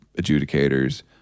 adjudicators